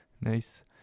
nice